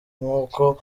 nk’uko